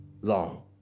long